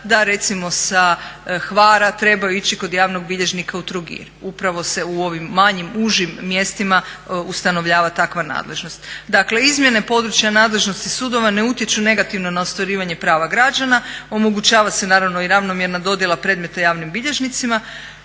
da recimo sa Hvara trebaju ići kod javnog bilježnika u Trogir. Upravo se u ovim manjim, užim mjestima ustanovljava takva nadležnost. Dakle, izmjene područja nadležnosti sudova ne utječu negativno za ostvarivanje prava građana, omogućavanje se naravno i ravnomjerna dodjela predmeta javnim bilježnicima,